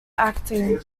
acting